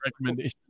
recommendation